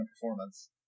performance